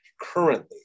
currently